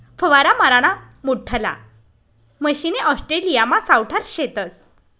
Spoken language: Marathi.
फवारा माराना मोठल्ला मशने ऑस्ट्रेलियामा सावठा शेतस